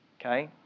okay